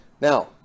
Now